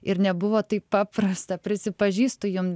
ir nebuvo taip paprasta prisipažįstu jum